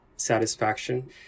satisfaction